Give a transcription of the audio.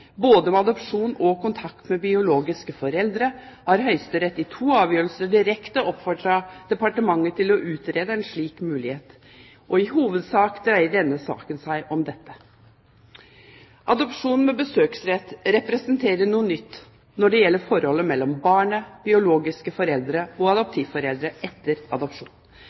både med adopsjon og kontakt med biologiske foreldre, har Høyesterett i to avgjørelser direkte oppfordret departementet til å utrede en slik mulighet. I hovedsak dreier denne saken seg om dette. Adopsjon med besøksrett representerer noe nytt når det gjelder forholdet mellom barnet, biologiske foreldre og adoptivforeldre etter adopsjon.